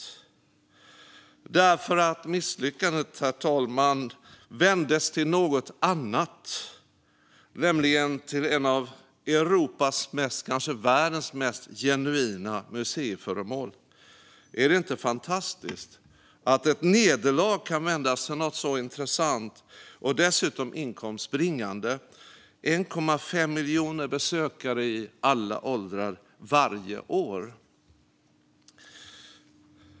Jo, herr talman, därför att misslyckandet vändes till något annat, nämligen ett av Europas, kanske världens, mest genuina museiföremål. Är det inte fantastiskt att ett nederlag kan vändas till något så intressant och dessutom inkomstbringande? Vasa har 1,5 miljoner besökare i alla åldrar varje år.